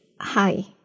hi